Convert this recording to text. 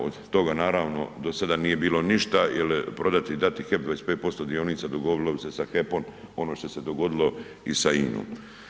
Od toga naravno do sada nije bilo ništa jer prodati i dati HEP 25% dionica dogodilo bi se sa HEP-om ono što se dogodilo i sa INOM.